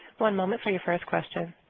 one moment for your first question.